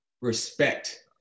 respect